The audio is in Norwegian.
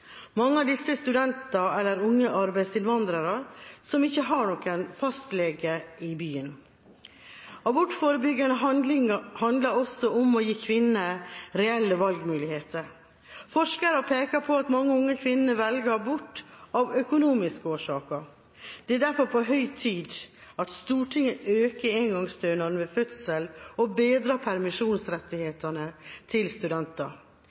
Mange av disse er studenter eller unge arbeidsinnvandrere som ikke har noen fastlege i byen. Abortforebygging handler også om å gi kvinner reelle valgmuligheter. Forskere peker på at mange unge kvinner velger abort av økonomiske årsaker. Det er derfor på høy tid at Stortinget øker engangsstønaden ved fødsel og bedrer permisjonsrettighetene til studenter.